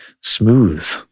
smooth